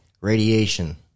radiation